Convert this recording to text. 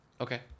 Okay